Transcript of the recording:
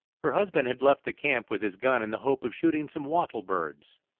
her husband had left the camp with his gun in the hope of shooting some wattle birds,